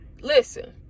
listen